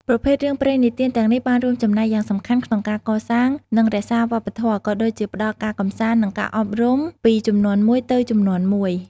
ប្រភេទរឿងព្រេងនិទានទាំងនេះបានរួមចំណែកយ៉ាងសំខាន់ក្នុងការកសាង និងរក្សាវប្បធម៌ ក៏ដូចជាផ្តល់ការកម្សាន្ត និងការអប់រំពីជំនាន់មួយទៅជំនាន់មួយ ។